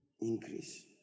Increase